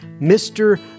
Mr